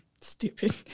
Stupid